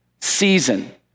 season